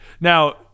Now –